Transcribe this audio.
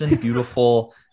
beautiful